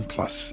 Plus